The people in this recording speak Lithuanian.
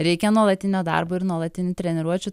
reikia nuolatinio darbo ir nuolatinių treniruočių